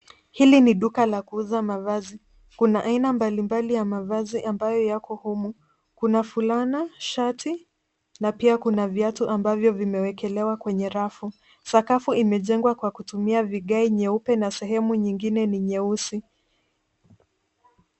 Hili ni duka la kuuza mavazi. Kuna aina mbalimbali ya mavazi ambayo yako humu. Kuna fulana, shati na pia kuna viatu ambavyo vimewekelewa kwenye rafu. Sakafu imejengwa kwa kutumia vigae nyeupe na sehemu nyingine ni nyeusi.